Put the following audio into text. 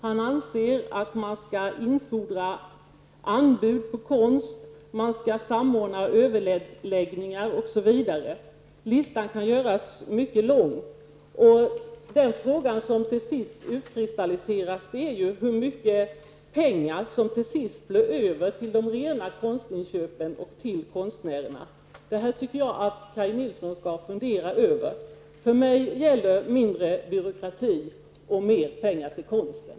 Han anser vidare att man skall infordra anbud på konst och att man skall samordna överläggningar osv. Listan kan göras mycket lång. Frågan som till sist utkristalliseras är hur mycket pengar som kommer att bli över till rena konstinköp och till konstnärerna. Detta tycker jag Kaj Nilsson skall fundera över. För mig gäller: mindre byråkrati och mer pengar till konsten.